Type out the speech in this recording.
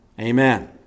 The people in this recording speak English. amen